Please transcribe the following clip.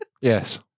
Yes